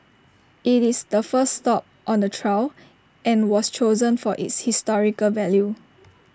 IT is the first stop on the trail and was chosen for its historical value